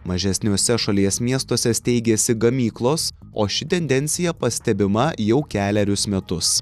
mažesniuose šalies miestuose steigėsi gamyklos o ši tendencija pastebima jau kelerius metus